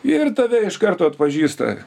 ir tave iš karto atpažįsta